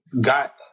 got